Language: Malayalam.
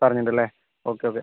പറഞ്ഞിട്ടുണ്ട് അല്ലേ ഓക്കെ ഓക്കെ